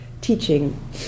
teaching